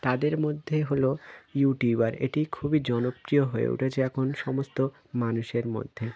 তাদের মধ্যে হলো ইউটিউবার এটি খুবই জনপ্রিয় হয়ে উঠেছে এখন সমস্ত মানুষের মধ্যে